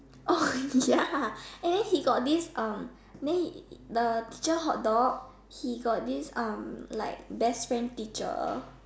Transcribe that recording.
oh ya and then he got this um then he the teacher hot dog he got this um like best friend teacher